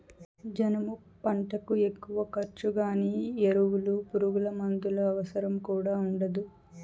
జనుము పంటకు ఎక్కువ ఖర్చు గానీ ఎరువులు పురుగుమందుల అవసరం కూడా ఉండదు